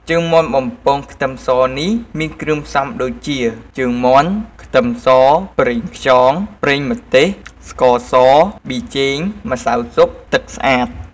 ជើងមាន់បំពងខ្ទឹមសនេះ មានគ្រឿងផ្សំដូចជា ជើងមាន់ ខ្ទឹមស ប្រេងខ្យង ប្រេងម្ទេស ស្ករស ប៊ីចេង ម្សៅស៊ុប ទឹកស្អាត។